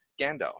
Gandalf